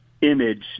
image